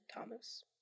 Thomas